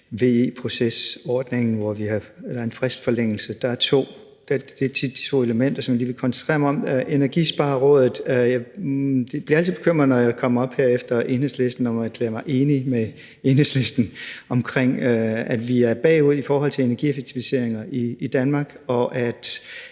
VE-procesordningen, hvor der er en fristforlængelse. Det er de to elementer, som jeg lige vil koncentrere mig om. Energisparerådet: Jeg bliver altid bekymret, når jeg kommer herop efter Enhedslisten og må erklære mig enig med Enhedslisten i, at vi er bagud i forhold til energieffektiviseringer i Danmark, og at